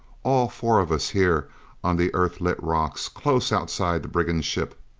all four of us here on the earthlit rocks, close outside the brigand ship.